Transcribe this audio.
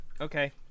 Okay